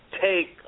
take